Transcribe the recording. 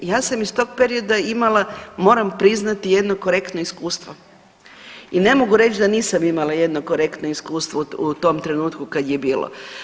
Ja sam iz tog perioda imala, moram priznati jedno korektno iskustvo i ne mogu reći da nisam imala jedno korektno iskustvo u tom trenutku kad je bilo.